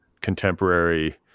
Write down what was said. contemporary